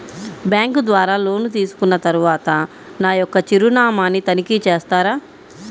Bank ద్వారా loan తీసుకున్న తరువాత నా యొక్క చిరునామాని తనిఖీ చేస్తారా?